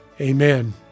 Amen